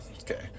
Okay